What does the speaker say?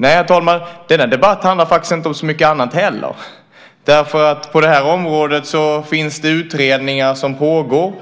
Nej, herr talman, denna debatt handlar faktiskt inte om så mycket annat heller, därför att på det här området finns det utredningar som pågår,